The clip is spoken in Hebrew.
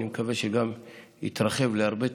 אני מקווה שגם יתרחב להרבה תחומים.